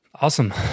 Awesome